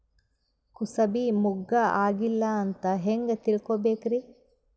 ಕೂಸಬಿ ಮುಗ್ಗ ಆಗಿಲ್ಲಾ ಅಂತ ಹೆಂಗ್ ತಿಳಕೋಬೇಕ್ರಿ?